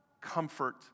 comfort